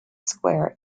square